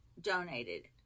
donated